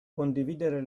condividere